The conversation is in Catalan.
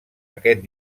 aquest